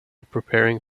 preparing